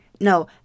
no